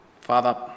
Father